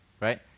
right